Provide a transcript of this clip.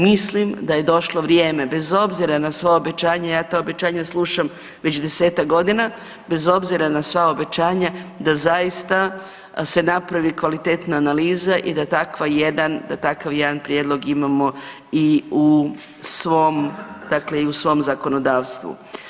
Mislim da je došlo vrijeme, bez obzira na sva obećanja, ja ta obećanja slušam već desetak godina, bez obzira na sva obećanja, da zaista se napravi kvalitetna analiza i da takav jedan prijedlog imamo i u svom, dakle i u svom zakonodavstvu.